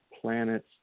planets